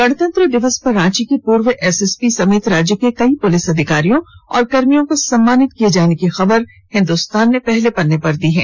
गणतंत्र दिवस पर रांची के पूर्व एसएसपी समेत राज्य के कई पुलिस अधिकारियों और कर्मियों को सम्मानित किये जाने की खबर को हिंदुस्तान ने पहले पेज पर जगह दी है